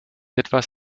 etwas